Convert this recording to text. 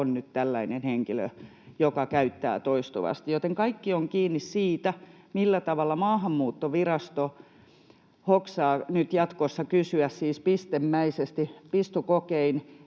on nyt tällainen henkilö, joka käyttää sitä toistuvasti, joten kaikki on kiinni siitä, millä tavalla Maahanmuuttovirasto hoksaa nyt jatkossa kysyä, siis pistemäisesti, pistokokein,